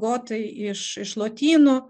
gotai iš iš lotynų